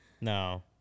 No